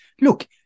Look